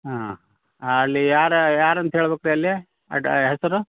ಹಾಂ ಅಲ್ಲಿ ಯಾರು ಯಾರಂತ ಹೇಳ್ಬೇಕು ರೀ ಅಲ್ಲಿ ಅಡ ಹೆಸರು